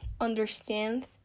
understand